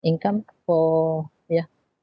income for yeah